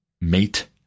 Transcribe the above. mate